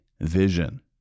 vision